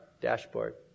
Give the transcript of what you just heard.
dashboard